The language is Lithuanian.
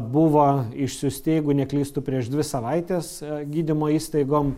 buvo išsiųsti jeigu neklystu prieš dvi savaites gydymo įstaigom